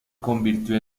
convirtió